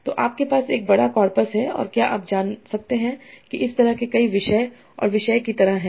तो आपके पास एक बड़ा कॉर्पस है और क्या आप जान सकते हैं कि इस तरह के कई विषय और विषय की तरह हैं